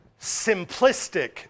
simplistic